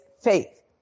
faith